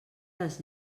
les